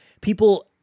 People